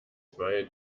zwei